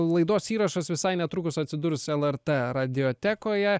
laidos įrašas visai netrukus atsidurs el er t radijotekoje